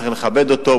צריך לכבד אותו,